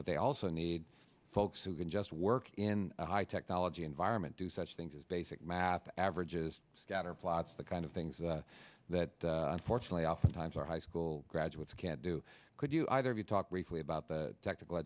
but they also need folks who can just work in a high technology environment do such things as basic math averages scatterplots the kind of things that unfortunately oftentimes our high school graduates can't do could you either of you talk briefly about the technical